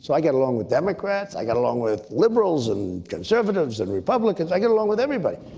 so i get along with democrats, i get along with liberals and conservatives and republicans. i get along with everybody.